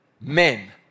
men